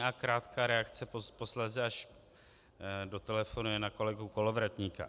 A krátká reakce posléze, až dotelefonuje, na kolegu Kolovratníka.